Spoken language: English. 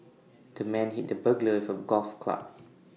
the man hit the burglar with A golf club